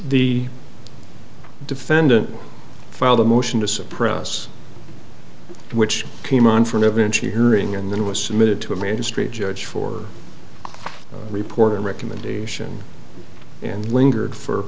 the defendant filed a motion to suppress which came on from eventually hearing and then was submitted to a major street judge for a report and recommendation and lingered for